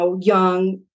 young